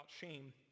shame